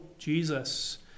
Jesus